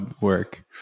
work